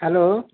hello